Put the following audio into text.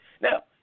Now